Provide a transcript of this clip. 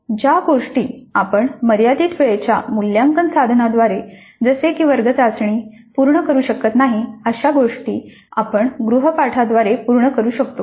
ज्या गोष्टी आपण मर्यादित वेळेच्या मूल्यांकन साधनांद्वारे जसे की वर्ग चाचणी पूर्ण करू शकत नाही अशा गोष्टी आपण गृहपाठा द्वारे पूर्ण करू शकतो